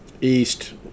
east